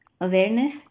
awareness